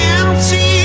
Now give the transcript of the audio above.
empty